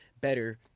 better